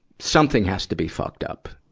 something has to be fucked up.